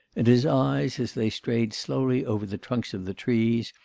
and his eyes, as they strayed slowly over the trunks of the trees,